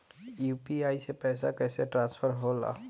UPI से पैसा कैसे ट्रांसफर होला?